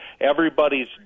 everybody's